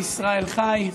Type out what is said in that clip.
עם ישראל חי,